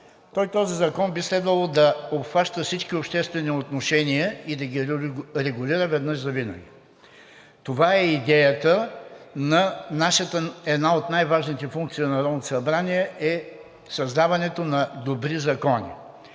един закон, той би следвало да обхваща всички обществени отношения и да ги регулира веднъж завинаги. Това е идеята, една от най-важните функции на Народното събрание – създаването на добри закони.